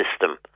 system